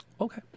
Okay